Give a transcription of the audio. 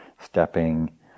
stepping